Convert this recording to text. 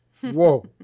Whoa